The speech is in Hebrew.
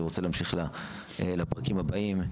אני רוצה להמשיך לפרקים הבאים.